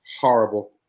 Horrible